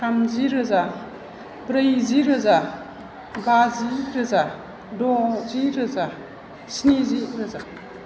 थामजि रोजा ब्रैजि रोजा बाजि रोजा द'जि रोजा स्निजि रोजा